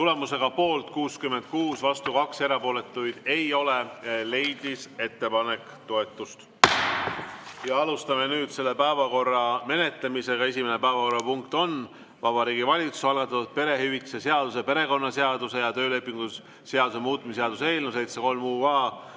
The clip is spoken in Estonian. Tulemusega poolt 66, vastu 2, erapooletuid ei ole, leidis ettepanek toetust. Alustame nüüd selle päevakorra menetlemist. Esimene päevakorrapunkt on Vabariigi Valitsuse algatatud perehüvitiste seaduse, perekonnaseaduse ja töölepingu seaduse muutmise seaduse eelnõu